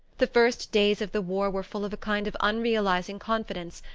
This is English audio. the first days of the war were full of a kind of unrealizing confidence,